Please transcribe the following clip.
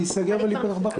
להיסגר ולהיפתח ב-13:00.